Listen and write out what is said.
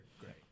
great